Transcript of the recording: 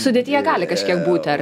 sudėtyje gali kažkiek būti ar